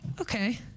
Okay